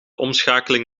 omschakeling